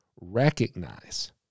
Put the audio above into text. recognize